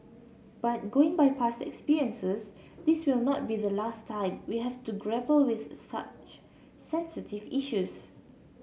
but going by past experiences this will not be the last time we have to grapple with such sensitive issues